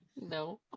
No